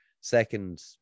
Second